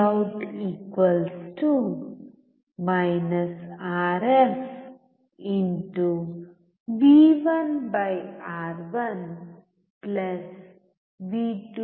Vout RFV1 R1V2 R2